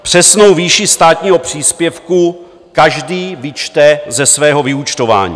Přesnou výši státního příspěvku každý vyčte ze svého vyúčtování.